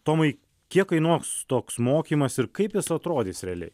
tomai kiek kainuos toks mokymas ir kaip jis atrodys realiai